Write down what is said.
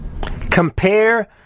Compare